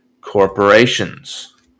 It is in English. corporations